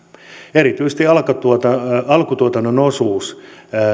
erityisesti alkutuotannon alkutuotannon osuus